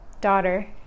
daughter